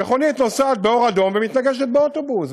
מכונית נוסעת באור אדום ומתנגשת באוטובוס,